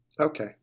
okay